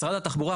משרד התחבורה,